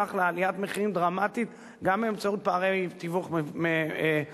בכך לעליית מחירים דרמטית גם באמצעות פערי תיווך מסוכנים